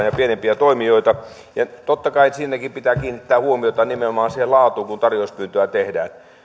ja toimijoita kilpailuun mukaan ja totta kai siinäkin pitää kiinnittää huomiota nimenomaan siihen laatuun kun tarjouspyyntöä tehdään